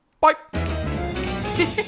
bye